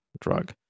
drug